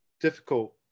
difficult